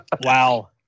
Wow